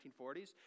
1940s